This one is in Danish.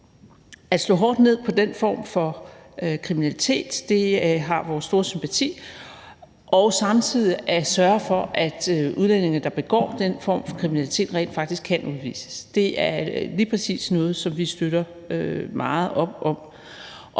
at slå hårdt ned på den form for kriminalitet. Det har vores store sympati, og samtidig skal der sørges for, at udlændinge, der begår den form for kriminalitet, rent faktisk kan udvises. Det er lige præcis noget, som vi støtter meget op